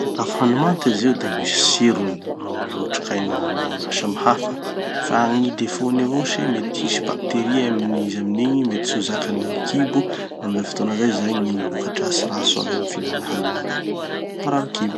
Gny sakafo hany manta izy io da misy tsirony, ah otrikaina ma- maro samy hafa. Fa gny défaut-ny avao se mety hisy bacteries amin'ny izy amin'igny, mety tsy ho zakan'ny gny kibo. Amizay fotoana zay, zay gny vokadratsy ratsy azo avy amy gny fihinana hany manta. Mamparary kibo.